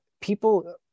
people